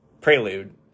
prelude